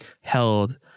held